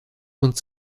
und